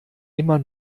immer